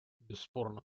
бесспорно